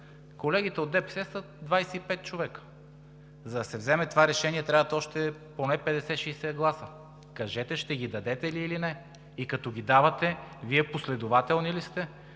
колегите от ДПС са 25 човека. За да се вземе това решение, трябват още поне 50 – 60 гласа. Кажете ще ги дадете ли, или не. И като ги давате, Вие последователни ли сте